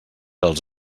els